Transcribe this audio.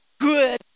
good